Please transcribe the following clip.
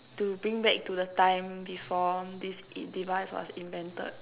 to bring back to the time before this device was invented